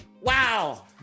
Wow